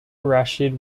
rashid